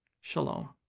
Shalom